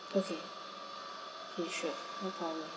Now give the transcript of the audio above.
okay K sure no problem